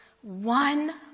One